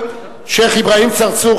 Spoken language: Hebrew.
שיח' אברהים צרצור,